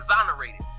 exonerated